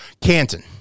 Canton